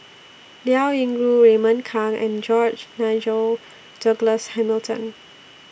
Liao Yingru Raymond Kang and George Nigel Douglas Hamilton